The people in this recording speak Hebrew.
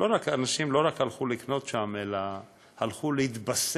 אנשים לא רק הלכו לקנות שם, אלא הלכו להתבשם